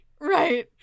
Right